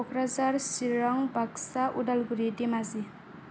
Kokrajhar Chirang Baksa Udalguri Dhemaji